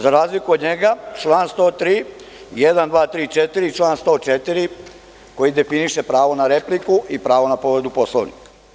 Za razliku od njega član 103, jedan, dva, tri, četiri, član 104. koji definiše pravo na repliku i pravo na povredu Poslovnika.